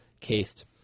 cased